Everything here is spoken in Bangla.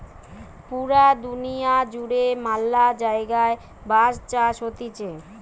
পুরা দুনিয়া জুড়ে ম্যালা জায়গায় বাঁশ চাষ হতিছে